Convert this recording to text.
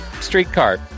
streetcar